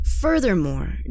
Furthermore